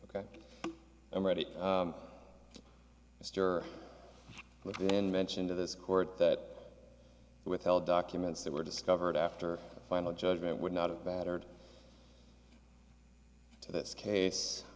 ok i'm ready mr and then mention to this court that withheld documents that were discovered after final judgment would not have battered to this case